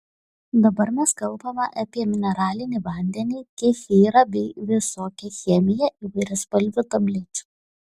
dabar mes kalbame apie mineralinį vandenį kefyrą bei visokią chemiją įvairiaspalvių tablečių